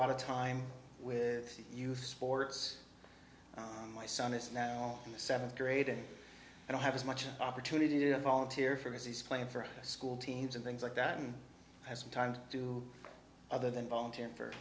lot of time with youth sports my son is now in the seventh grade and i don't have as much opportunity to volunteer for as he's playing for school teams and things like that and i sometimes do other than volunteer for